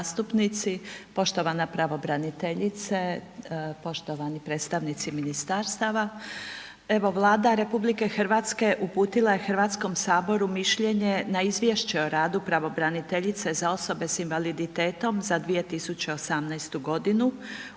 poštovana pravobraniteljice, poštovani predstavnici ministarstava, evo Vlada RH uputila je Hrvatskom saboru mišljenje na izvješće o radu pravobraniteljice za osobe s invaliditetom za 2018. godinu